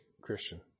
Christian